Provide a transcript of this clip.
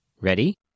Ready